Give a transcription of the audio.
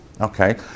Okay